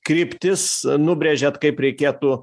kryptis nubrėžėt kaip reikėtų